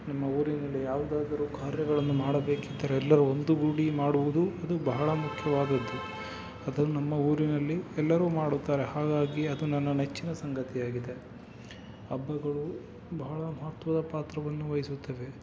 ನಮ್ಮ ಊರಿನಲ್ಲಿ ಯಾವುದಾದರೂ ಕಾರ್ಯಗಳನ್ನು ಮಾಡಬೇಕಿದ್ದರೆ ಎಲ್ಲರೂ ಒಂದುಗೂಡಿ ಮಾಡುವುದು ಅದು ಬಹಳ ಮುಖ್ಯವಾದದ್ದು ಅದು ನಮ್ಮ ಊರಿನಲ್ಲಿ ಎಲ್ಲರೂ ಮಾಡುತ್ತಾರೆ ಹಾಗಾಗಿ ಅದು ನನ್ನ ನೆಚ್ಚಿನ ಸಂಗತಿ ಆಗಿದೆ ಹಬ್ಬಗಳು ಬಹಳ ಮಹತ್ವದ ಪಾತ್ರವನ್ನು ವಹಿಸುತ್ತವೆ